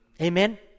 Amen